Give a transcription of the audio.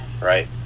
Right